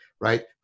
right